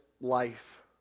life